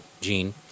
Gene